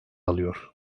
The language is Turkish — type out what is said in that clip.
alıyor